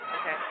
Okay